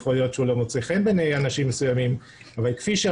יכול להיות שהוא לא מוצא חן בעיני אנשים מסוימים,